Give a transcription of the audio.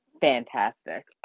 fantastic